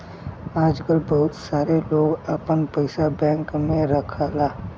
आजकल बहुत सारे लोग आपन पइसा बैंक में रखला